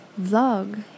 vlog